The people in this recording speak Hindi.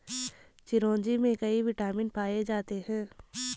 चिरोंजी में कई विटामिन पाए जाते हैं